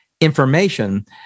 information